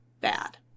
bad